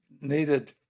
needed